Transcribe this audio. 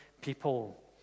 people